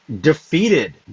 defeated